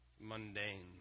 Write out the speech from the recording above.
mundane